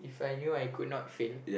If I knew I could not fail